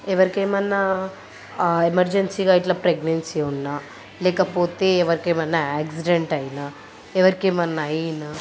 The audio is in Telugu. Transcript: ఎవరికి ఏమైనా ఎమర్జెన్సీగా ఇట్లా ప్రెగ్నెన్సీ ఉన్నా లేకపోతే ఎవరికి ఏమైనా యాక్సిడెంట్ అయినా ఎవరికి ఏమైనా అయినా